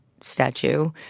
statue